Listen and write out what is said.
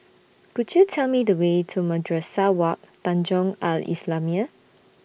Could YOU Tell Me The Way to Madrasah Wak Tanjong Al Islamiah